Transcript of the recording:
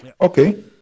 Okay